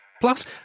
Plus